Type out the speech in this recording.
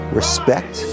respect